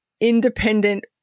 independent